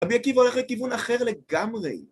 אני הייתי פה הולך לכיוון אחר לגמרי.